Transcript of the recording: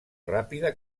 ràpida